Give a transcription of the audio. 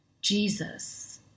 Jesus